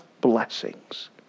blessings